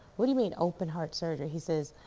what do you mean open heart surgery? he says,